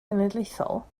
genedlaethol